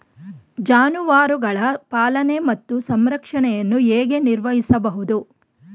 ಜಾನುವಾರುಗಳ ಪಾಲನೆ ಮತ್ತು ಸಂರಕ್ಷಣೆಯನ್ನು ಹೇಗೆ ನಿರ್ವಹಿಸಬಹುದು?